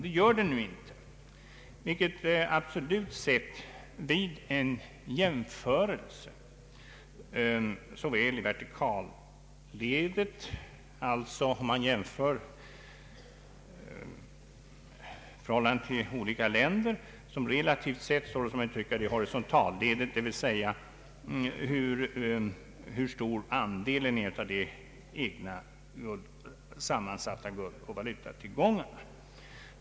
Så är nu inte fallet vare sig vertikalt, alltså i förhållande till olika länder, eller horisontellt, alltså vad angår andelen av de egna sammansatta guldoch valutatillgångarna.